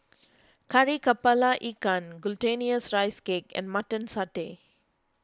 Kari Kepala Ikan Glutinous Rice Cake and Mutton Satay